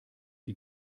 die